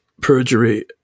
perjury